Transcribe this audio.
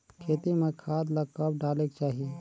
खेती म खाद ला कब डालेक चाही?